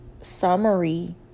summary